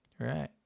Right